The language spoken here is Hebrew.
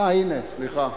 אה, הנה, סליחה.